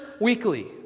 weekly